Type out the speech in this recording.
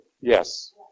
Yes